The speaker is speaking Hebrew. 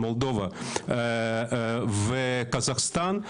מולדובה וקזחסטן,